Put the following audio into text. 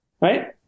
right